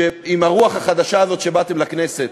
שעם הרוח החדשה הזאת שעמה באתם לכנסת,